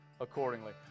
accordingly